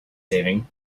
saving